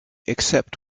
except